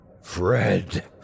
Fred